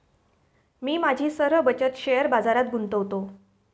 मी माझी सर्व बचत शेअर बाजारात गुंतवतो